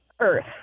Earth